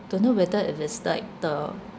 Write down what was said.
don't know whether if it's like the